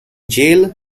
jail